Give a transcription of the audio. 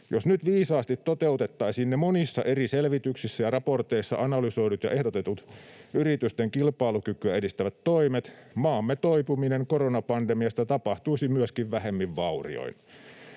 Jos nyt viisaasti toteutettaisiin ne monissa eri selvityksissä ja raporteissa analysoidut ja ehdotetut yritysten kilpailukykyä edistävät toimet, maamme toipuminen koronapandemiasta tapahtuisi myöskin vähemmin vaurioin.